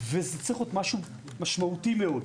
וזה צריך להיות משהו משמעותי מאוד.